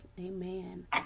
Amen